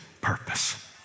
purpose